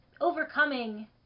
Overcoming